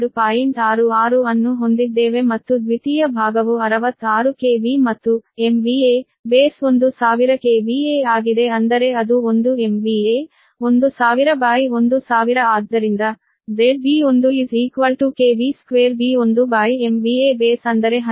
66 ಅನ್ನು ಹೊಂದಿದ್ದೇವೆ ಮತ್ತು ದ್ವಿತೀಯ ಭಾಗವು 66 KV ಮತ್ತು ಬೇಸ್ 1000 KVA ಆಗಿದೆ ಅಂದರೆ ಅದು 1 MVA 10001000 ಆದ್ದರಿಂದ ZB1B12Base ಅಂದರೆ12